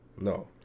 No